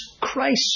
Christ